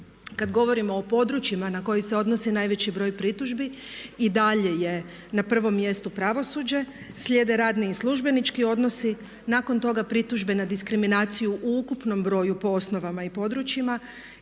Kada govorimo o područjima na koji se odnosi najveći broj pritužbi i dalje je na prvom mjestu pravosuđe, slijede radni i službenički odnosi, nakon toga pritužbe na diskriminaciju u ukupnom broju po osnovama i područjima,